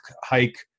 hike